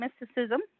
mysticism